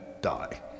die